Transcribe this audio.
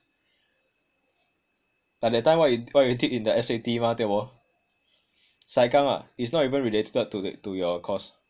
like that time ah what you did in the S_A_T mah tio bo saikang ah it's not even related to to your course